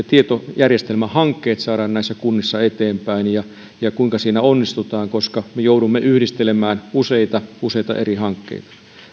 tietojärjestelmähankkeet saamme näissä kunnissa eteenpäin ja ja kuinka siinä onnistutaan koska me joudumme yhdistelemään useita useita eri